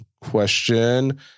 Question